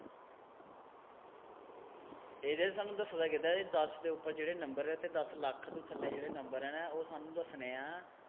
एह्दे च सानूं दस्से दा गेदा ऐ दस दे उप्पर जेह्ड़े नम्बर ऐ ते दस लक्ख तू थल्लै जेह्ड़े नम्बर न ओह् सानूं दस्सने ऐ